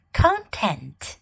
content